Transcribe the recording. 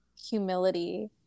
humility